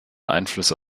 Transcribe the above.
einflüsse